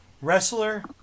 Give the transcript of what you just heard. Wrestler